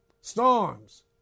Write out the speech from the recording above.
Storms